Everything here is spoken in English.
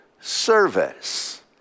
service